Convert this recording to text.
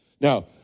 Now